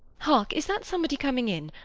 hark! is that somebody com ing in?